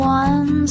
one